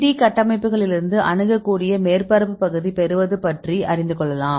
3D கட்டமைப்புகளிலிருந்து அணுகக்கூடிய மேற்பரப்பு பகுதி பெறுவது பற்றி அறிந்து கொள்ளலாம்